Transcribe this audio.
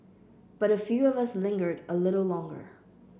but a few of us lingered a little longer